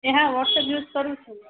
એ હા WhatsApp use કરું છું